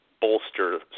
bolster